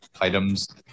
items